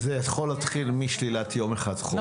--- זה יכול להתחיל משלילת יום אחד של חופש.